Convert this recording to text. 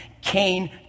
Cain